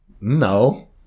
No